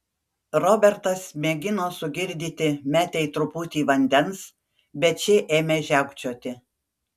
robertas mėgino sugirdyti metei truputį vandens bet ši ėmė žiaukčioti